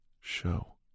show